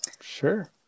Sure